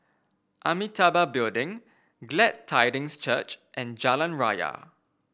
Amitabha Building Glad Tidings Church and Jalan Raya